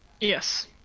Yes